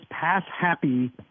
pass-happy